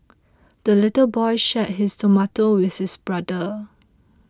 the little boy shared his tomato with his brother